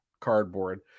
cardboard